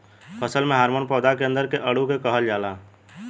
फसल में हॉर्मोन पौधा के अंदर के अणु के कहल जाला